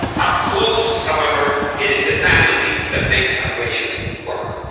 up close, however, it is the family that makes migration work.